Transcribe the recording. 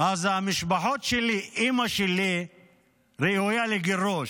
אז המשפחה של אימא שלי ראויה לגירוש.